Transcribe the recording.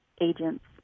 agents